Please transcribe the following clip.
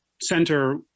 center